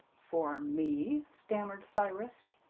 for me? stammered cyrus.